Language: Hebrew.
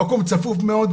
המקום צפוף מאוד.